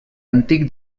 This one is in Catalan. antic